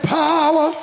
power